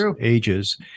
ages